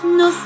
no